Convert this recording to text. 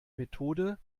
methode